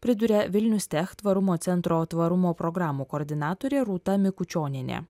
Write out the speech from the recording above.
priduria vilnius tech tvarumo centro tvarumo programų koordinatorė rūta mikučionienė